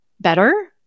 better